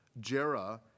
Jera